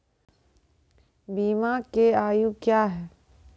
बीमा के आयु क्या हैं?